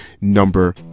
number